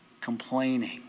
Complaining